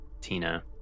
Tina